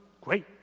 Great